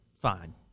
fine